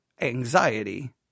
anxiety